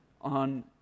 on